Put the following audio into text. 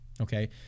okay